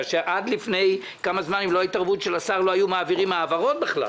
עד לפני כמה זמן אם לא התערבות של השר לא היו מעבירים העברות בכלל.